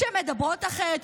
שמדברות אחרת,